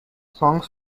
songs